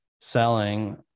selling